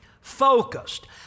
focused